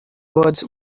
birds